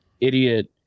idiot